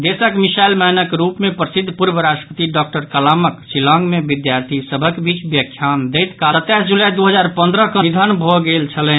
देशक मिसाइल मैनक रूप मे प्रसिद्ध पूर्व राष्ट्रपति डॉक्टर कलामक शिलाँग मे विद्यार्थी सभक बीच व्याख्यान दैत काल सत्ताईस जुलाई दू हजार पंद्रह कऽ निधन भऽ गेल छलनि